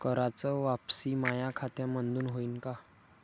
कराच वापसी माया खात्यामंधून होईन का?